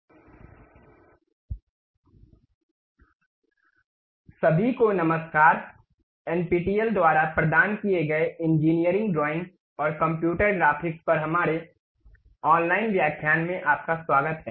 SolidWorks सभी को नमस्कार एनपीटीईएल द्वारा प्रदान किए गए इंजीनियरिंग ड्राइंग और कंप्यूटर ग्राफिक्स पर हमारे ऑनलाइन व्याख्यान में आपका स्वागत है